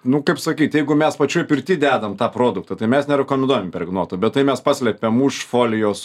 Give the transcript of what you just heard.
nu kaip sakyt jeigu mes pačioj pirtyj dedam tą produktą tai mes nerekomenduojam impregnuotų bet tai mes paslėpiam už folijos